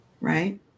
right